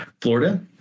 Florida